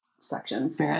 sections